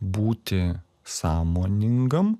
būti sąmoningam